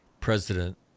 president